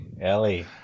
ellie